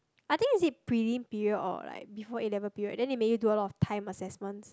I think is it prelim period or like before A-level period then they make you do a lot of time assessments